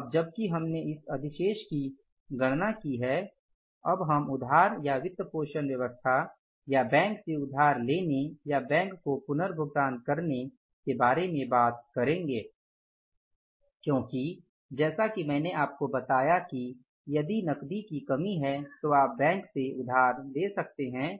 अब जबकि हमने इस अधिशेष की गणना की है अब हम उधार या वित्तपोषण व्यवस्था या बैंक से उधार लेने या बैंक को पुनर्भुगतान करने के बारे में बात करेंगे क्योंकि जैसा कि मैंने आपको बताया कि यदि नकदी की कमी है तो आप बैंक से उधार ले सकते हैं